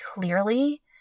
clearly